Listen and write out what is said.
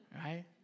right